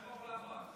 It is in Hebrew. רק תישאר לשמוע.